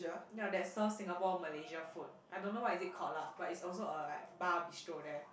yea that serve Singapore malaysia food I don't know what is it called lah but is also a like bar bistro there